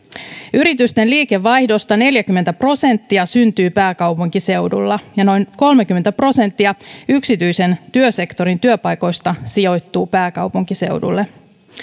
yritysten liikevaihdosta neljäkymmentä prosenttia syntyy pääkaupunkiseudulla ja noin kolmekymmentä prosenttia yksityisen työsektorin työpaikoista sijoittuu pääkaupunkiseudulle